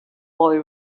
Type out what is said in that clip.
boy